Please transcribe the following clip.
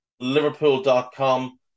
Liverpool.com